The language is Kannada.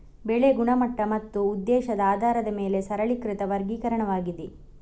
ಬೆಳೆ ಗುಣಮಟ್ಟ ಮತ್ತು ಉದ್ದೇಶದ ಆಧಾರದ ಮೇಲೆ ಸರಳೀಕೃತ ವರ್ಗೀಕರಣವಾಗಿದೆ